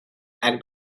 act